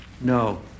No